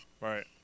right